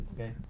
Okay